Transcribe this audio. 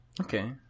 Okay